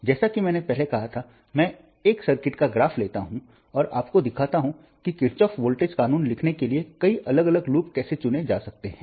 जैसा कि मैंने पहले कहा था मैं एक सर्किट का ग्राफ लेता हूं और आपको दिखाता हूं कि किरचॉफ वोल्टेज कानून लिखने के लिए कई अलग अलग लूप कैसे चुन सकते हैं